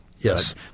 Yes